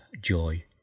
joy